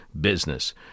business